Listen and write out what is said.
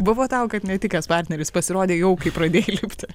buvo tau kad netikęs partneris pasirodė jau kai pradėjai lipti